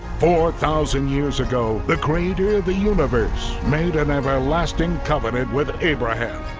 four thousand years ago, the creator of the universe made an everlasting covenant with abraham.